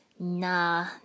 Nah